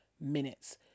minutes